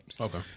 Okay